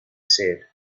said